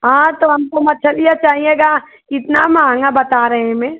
हाँ तो हमको मछरिए चाहिएगा कितना महँगा बता रहे हैं मे